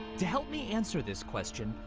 to help me answer this question,